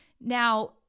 Now